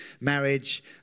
marriage